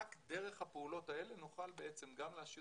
רק דרך הפעולות האלה נוכל בעצם גם להשאיר